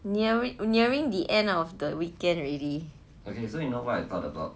nearing the end of the weekend already